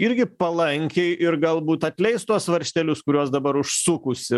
irgi palankiai ir galbūt atleis tuos varžtelius kuriuos dabar užsukusi